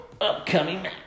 upcoming